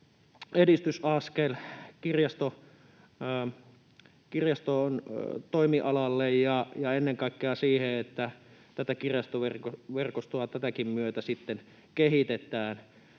edistysaskel kirjaston toimialalle ja ennen kaikkea siihen, että kirjastoverkostoa tätäkin myötä sitten kehitetään.